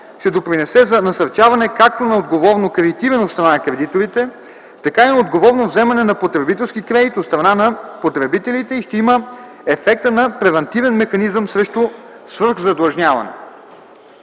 ще допринесе за насърчаване както на отговорно кредитирана страна на кредиторите, така и отговорно вземане на потребителски кредит от страна на потребителите и ще има ефекта на превантивен механизъм срещу свръхзадлъжняване.